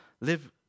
live